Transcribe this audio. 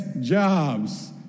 jobs